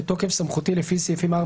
בתוקף סמכותי לפי סעיפים 4,